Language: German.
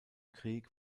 krieg